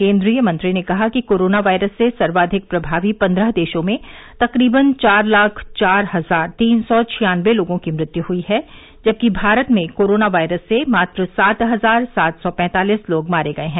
केन्द्रीय मंत्री ने कहा कि कोरोना वायरस से सर्वाधिक प्रमावी पंद्रह देशों में तकरीबन चार लाख चार हजार तीन सौ छियानवे लोगों की मृत्यु हुई है जबकि भारत में कोरोना वायरस से मात्र सात हजार सात सौ पैंतालीस लोग मारे गए हैं